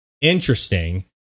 interesting